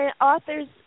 authors